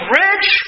rich